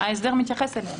ההסבר מתייחס אליהם.